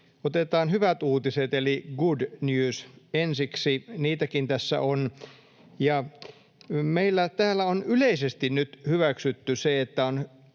Otetaan hyvät uutiset, eli good news, ensiksi, niitäkin tässä on: Meillä täällä on yleisesti nyt hyväksytty se, että on